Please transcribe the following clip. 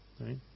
right